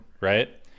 right